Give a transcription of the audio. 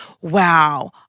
wow